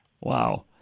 Wow